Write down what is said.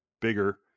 bigger